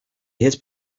his